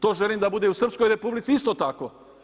To želim da bude i u Srpskoj Republici isto tako.